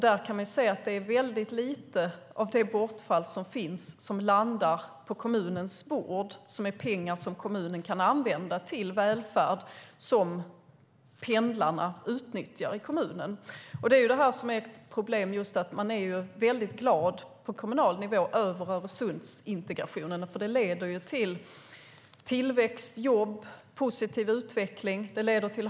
Där kan vi se att det är väldigt lite av det bortfall som finns som landar på kommunens bord med pengar som kommunen kan använda till välfärd som pendlarna utnyttjar i kommunen. Det är ett problem. Man är på kommunal nivå väldigt glad över Öresundsintegrationen. Det leder till tillväxt, jobb och positiv utveckling.